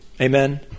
Amen